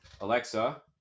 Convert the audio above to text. Alexa